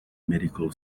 medical